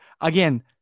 Again